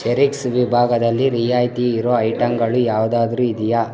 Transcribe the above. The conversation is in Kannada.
ಚೆರಿಕ್ಸ್ ವಿಭಾಗದಲ್ಲಿ ರಿಯಾಯಿತಿ ಇರೋ ಐಟಂಗಳು ಯಾವ್ದಾದ್ರೂ ಇದೆಯಾ